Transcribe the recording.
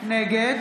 נגד